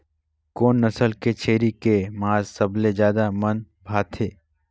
कोन नस्ल के छेरी के मांस सबले ज्यादा मन भाथे?